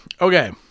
Okay